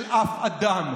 של אף אדם,